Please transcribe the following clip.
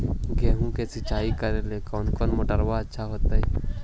गेहुआ के सिंचाई करेला कौन मोटरबा अच्छा होतई?